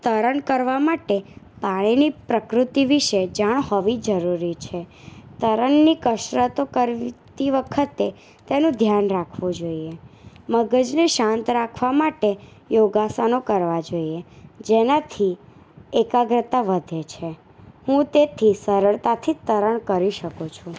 તરણ કરવા માટે પાણીની પ્રકૃતિ વિશે જાણ હોવી જરૂરી છે તરણની કસરતો કરતી વખતે તેનું ધ્યાન રાખવું જોઈએ મગજને શાંત રાખવા માટે યોગાસનો કરવાં જોઈએ જેનાથી એકાગ્રતા વધે છે હું તેથી સરળતાથી તરણ કરી શકું છું